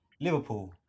Liverpool